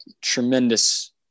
tremendous